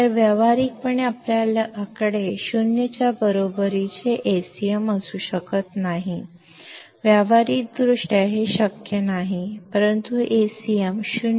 ಆದ್ದರಿಂದ ಪ್ರಾಯೋಗಿಕವಾಗಿ Acm 0 ಗೆ ಸಮನಾಗಿರಲು ಸಾಧ್ಯವಿಲ್ಲ ಪ್ರಾಯೋಗಿಕವಾಗಿ ಇದು ಸಾಧ್ಯವಿಲ್ಲ ಆದರೆ Acm 0 ಗೆ ಹತ್ತಿರವಾಗಬಹುದು